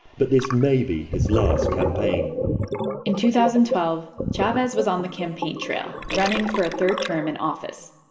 but this may be his last campaign in two thousand and twelve, chavez was on the campaign trail running for a third term in office.